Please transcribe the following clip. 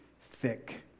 thick